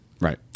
Right